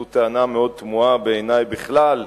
זאת טענה מאוד תמוהה בעיני בכלל,